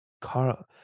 Carl